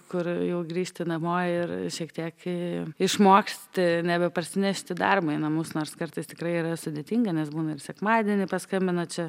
kur jau grįžti namo ir šiek tiek išmoksti nebe parsinešti darbą į namus nors kartais tikrai yra sudėtinga nes būna ir sekmadienį paskambina čia